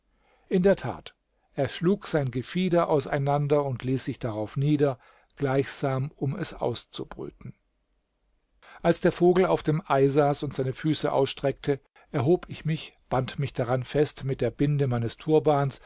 in der tat er schlug sein gefieder auseinander und ließ sich darauf nieder gleichsam um es auszubrüten als der vogel auf dem ei saß und seine füße ausstreckte erhob ich mich band mich daran fest mit der binde meines turbans